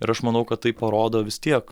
ir aš manau kad tai parodo vis tiek